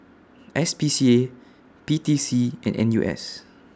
S P C A P T C and N U S